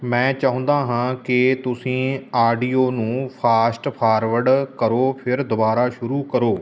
ਮੈਂ ਚਾਹੁੰਦਾ ਹਾਂ ਕਿ ਤੁਸੀਂ ਆਡੀਓ ਨੂੰ ਫਾਸਟ ਫਾਰਵਰਡ ਕਰੋ ਫਿਰ ਦੁਬਾਰਾ ਸ਼ੁਰੂ ਕਰੋ